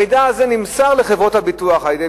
המידע הזה נמסר לחברות הביטוח על-ידי